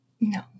No